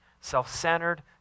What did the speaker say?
self-centered